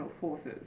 forces